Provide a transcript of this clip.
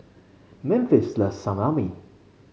Memphis loves Salami